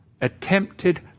attempted